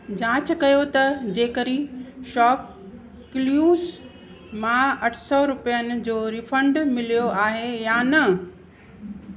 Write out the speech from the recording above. जांचु कयो त जेकरी शॉप क्ल्यूस मां अठ सौ रुपयनि जो रीफंड मिलियो आहे या न